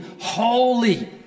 holy